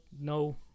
no